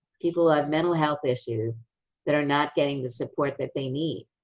people who have mental health issues that are not getting the support that they need.